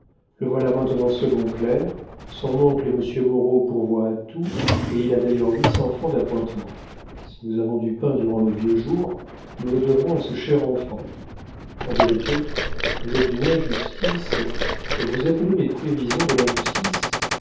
le voilà maintenant second clerc son oncle et monsieur moreau pourvoient à tout et il a d'ailleurs huit cents francs d'appointements si nous avons du pain durant nos vieux jours nous le devrons à ce cher enfant en vérité vous êtes d'une injustice vous appelez mes prévisions de l'injustice